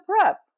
prep